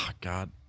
God